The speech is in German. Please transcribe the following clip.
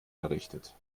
errichtet